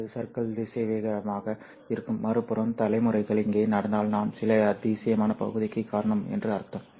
எனவே அது சறுக்கல் திசைவேகமாக இருக்கும் மறுபுறம் தலைமுறைகள் இங்கே நடந்தால் நான் சில அதிசயமான பகுதிக்கு காரணம் என்று அர்த்தம்